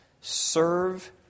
Serve